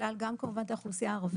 והוא כלל כמובן גם את האוכלוסייה הערבית,